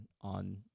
on